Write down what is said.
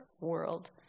world